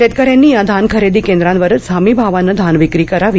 शेतकऱ्यांनी या धान खरेदी केंद्रावरच हमी भावान धान विक्री करावी